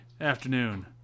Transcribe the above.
afternoon